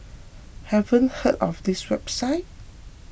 haven't heard of this website